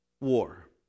War